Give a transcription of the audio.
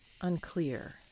Unclear